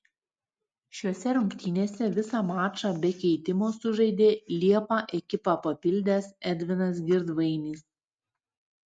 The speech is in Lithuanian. šiose rungtynėse visą mačą be keitimo sužaidė liepą ekipą papildęs edvinas girdvainis